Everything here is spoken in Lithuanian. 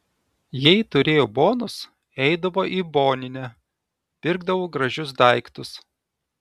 jei turėjo bonus eidavo į boninę pirkdavo gražius daiktus